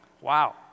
Wow